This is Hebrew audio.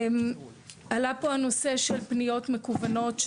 עלה פה הנושא של פניות מקוונות.